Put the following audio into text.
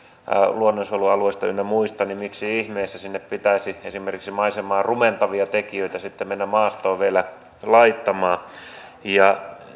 luonnonsuojelualueista ynnä muista niin miksi ihmeessä pitäisi esimerkiksi maisemaa rumentavia tekijöitä mennä sinne maastoon sitten vielä laittamaan ja